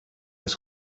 have